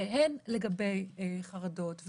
והן לגבי חרדות,